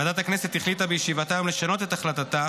ועדת הכנסת החליטה בישיבתה היום לשנות את החלטתה